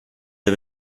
der